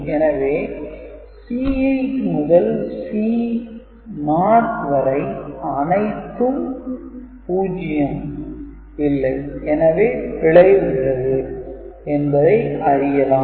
எனவே C8 முதல் C0 வரை அனைத்தும் 0 இல்லை எனவே பிழை உள்ளது என்பதை அறியலாம்